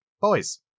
boys